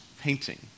painting